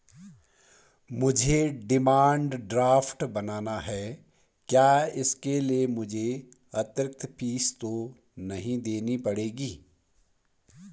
मुझे demand draft बनाना है क्या इसके लिए मुझे अतिरिक्त फीस तो नहीं देनी पड़ेगी?